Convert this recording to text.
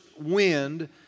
wind